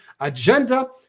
agenda